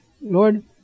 Lord